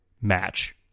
match